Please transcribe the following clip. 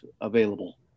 available